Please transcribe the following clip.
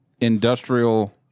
Industrial